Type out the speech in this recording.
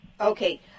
Okay